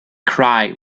krai